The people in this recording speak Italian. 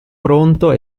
pronto